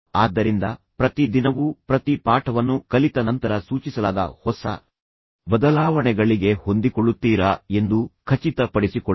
ಆದ್ದರಿಂದ ಪ್ರತಿ ದಿನವೂ ಪ್ರತಿ ಪಾಠವನ್ನು ಕಲಿತ ನಂತರ ಸೂಚಿಸಲಾದ ಹೊಸ ಬದಲಾವಣೆಗಳಿಗೆ ಹೊಂದಿಕೊಳ್ಳುತ್ತೀರಾ ಎಂದು ಖಚಿತಪಡಿಸಿಕೊಳ್ಳಿ